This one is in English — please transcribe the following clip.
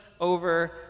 over